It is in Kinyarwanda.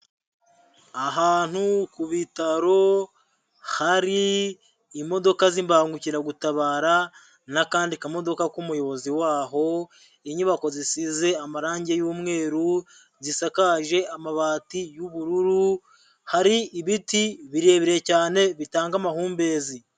Ahantu ku bitaro, hari imodoka z'imbangukiragutabara, n'akandi kamodoka k'umuyobozi waho, inyubako zisize amarangi y'umweru zisakaje amabati y'ubururu, hari ibiti birebire cyane bitanga amahumbezi.